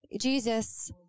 Jesus